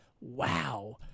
Wow